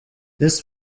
this